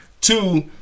Two